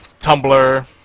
Tumblr